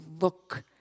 look